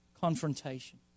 confrontation